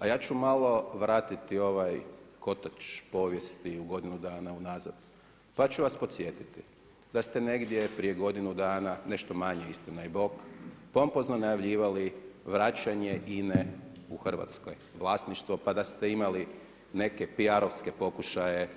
A ja ću malo vratiti ovaj kotač povijesti u godinu dana unazad pa ću vas podsjetiti da ste negdje prije godinu dana, nešto manje istina i Bog, pompozno najavljivali vraćanje INA-e u Hrvatskoj, vlasništvo, pa da ste imali neke PR-ovske pokušaje